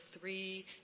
three